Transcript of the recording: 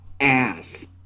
Ass